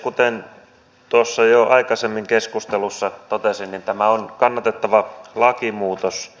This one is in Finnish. kuten jo aikaisemmin keskustelussa totesin tämä on kannatettava lakimuutos